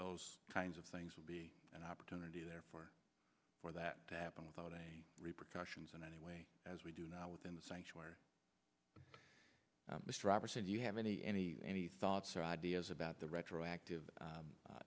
those kinds of things will be an opportunity there for for that to happen without any repercussions in any way as we do now within the sanctuary mr robertson do you have any any any thoughts or ideas about the retroactive